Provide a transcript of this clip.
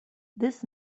this